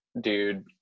dude